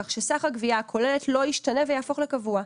כך שסך הגבייה הכוללת לא ישתנה ויהפוך לקבוע,